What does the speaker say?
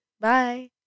Bye